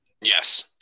Yes